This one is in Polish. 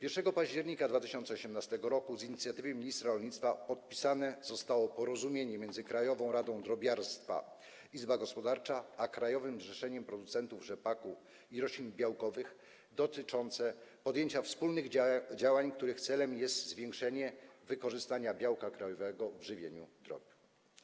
1 października 2018 r. z inicjatywy ministra rolnictwa podpisane zostało porozumienie między Krajową Radą Drobiarstwa - Izbą Gospodarczą a Krajowym Zrzeszeniem Producentów Rzepaku i Roślin Białkowych dotyczące podjęcia wspólnych działań, których celem jest zwiększenie wykorzystania białka krajowego w żywieniu drobiu.